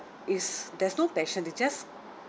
is there's no passion they just